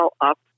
up